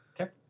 Okay